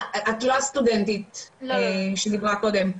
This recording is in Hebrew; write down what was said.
את לא הסטודנטית שדיברה קודם.